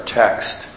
text